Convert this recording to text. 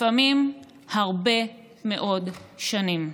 לפעמים הרבה מאוד שנים.